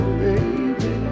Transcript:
baby